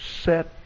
set